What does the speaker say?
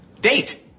Date